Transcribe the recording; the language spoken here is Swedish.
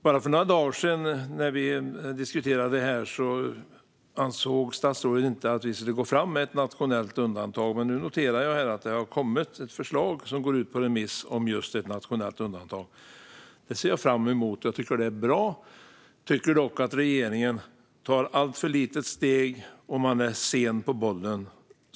När vi diskuterade detta för bara några dagar sedan ansåg statsrådet att vi inte skulle gå fram med ett nationellt undantag, men nu noterar jag att det har kommit ett förslag som går ut på remiss om just ett nationellt undantag. Det är bra, och jag ser fram emot resultatet. Dock tar regeringen ett alltför litet steg och är som vanligt sen på bollen.